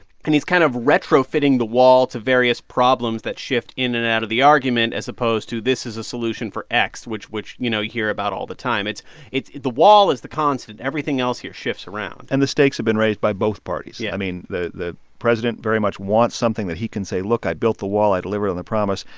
and he's kind of retrofitting the wall to various problems that shift in and out of the argument, as opposed to this is a solution for x, which, you know, you hear about all the time. it's it's the wall is the constant. everything else here shifts around and the stakes have been raised by both parties. yeah i mean, the the president very much wants something that he can say, look, i built the wall. i delivered on the promise.